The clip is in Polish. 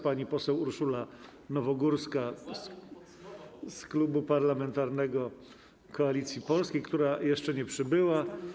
Pani poseł Urszula Nowogórska z Klubu Parlamentarnego Koalicja Polska, która jeszcze nie przybyła.